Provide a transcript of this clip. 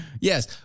Yes